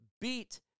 beat